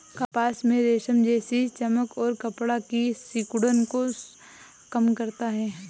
कपास में रेशम जैसी चमक और कपड़ा की सिकुड़न को कम करता है